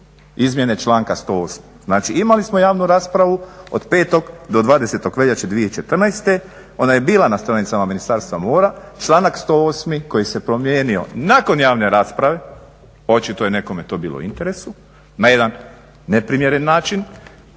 izmjene članka 108. Znači imali smo javnu raspravu od 5.do 20.veljače 2014. Ona je bila na stranicama Ministarstva mora, članak 108.koji se promijenio nakon javne rasprave, a očito je to nekome bilo u interesu na jedan neprimjeren način,